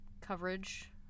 coverage